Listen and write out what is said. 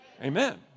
Amen